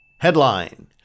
Headline